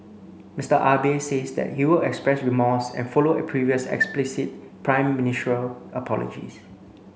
Mister Abe says that he will express remorse and follow previous explicit prime ministerial apologies